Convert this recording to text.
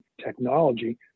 technology